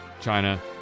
China